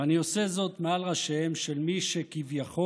ואני עושה זאת מעל ראשיהם של מי שכביכול